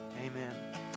Amen